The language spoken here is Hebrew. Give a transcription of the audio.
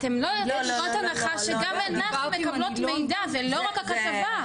אתן לא יוצאות מנקודת הנחה שגם אנחנו מקבלות מידע ולא רק הכתבה.